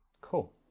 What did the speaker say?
Cool